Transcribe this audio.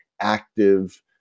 active